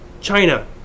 China